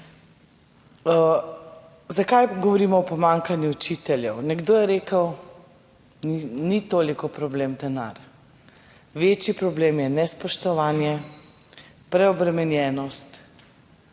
Zakaj govorimo o pomanjkanju učiteljev? Nekdo je rekel, ni toliko problem denar, večji problem je nespoštovanje, preobremenjenost,